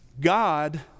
God